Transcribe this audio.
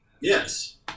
Yes